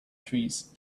trees